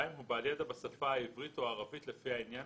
הוא בעל ידע בשפה העברית או הערבית לפי העניין,